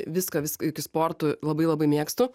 visko visko iki sportu labai labai mėgstu